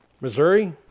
Missouri